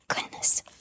goodness